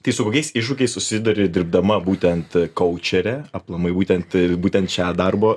tai su kokiais iššūkiais susiduri dirbdama būtent kaučere aplamai būtent būtent šią darbo